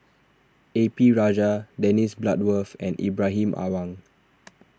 A P Rajah Dennis Bloodworth and Ibrahim Awang